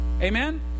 Amen